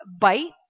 bite